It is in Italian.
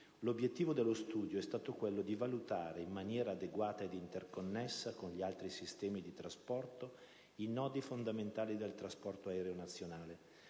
l'obiettivo dello studio è stato quello di valutare, in maniera adeguata ed interconnessa con gli altri sistemi di trasporto, i nodi fondamentali del trasporto aereo nazionale,